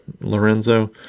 Lorenzo